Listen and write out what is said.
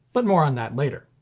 but more on that later.